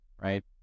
right